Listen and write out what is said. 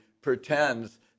pretends